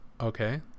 Okay